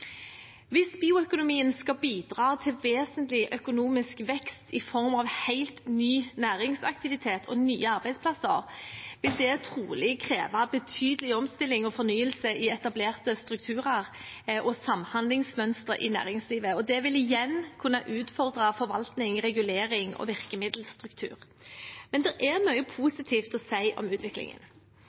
Hvis bioøkonomien skal bidra til vesentlig økonomisk vekst i form av helt ny næringsaktivitet og nye arbeidsplasser, vil det trolig kreve betydelig omstilling og fornyelse i etablerte strukturer og samhandlingsmønstre i næringslivet, og det vil igjen kunne utfordre forvaltning, regulering og virkemiddelstruktur. Det er mye positivt å si om utviklingen.